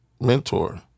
mentor